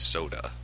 Soda